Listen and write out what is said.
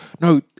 no